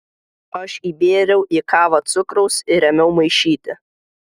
aš įbėriau į kavą cukraus ir ėmiau maišyti